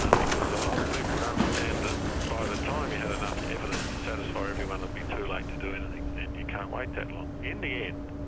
um because a lot of people would understand that by the time you had enough evidence to satisfy everyone it'd be too late to do anything and you can't wait that long. in the end,